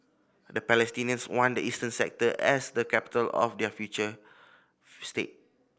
the Palestinians want the eastern sector as the capital of their future state